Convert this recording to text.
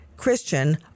Christian